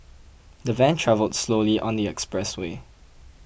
the van travelled slowly on the expressway